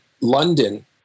London